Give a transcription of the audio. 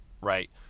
right